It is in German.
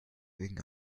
wegen